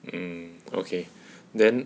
mm okay then